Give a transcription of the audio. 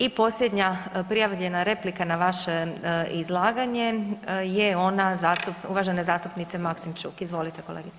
I posljednja prijavljena replika na vaše izlaganje je ona uvažene zastupnice Maksimčuk, izvolite kolegice.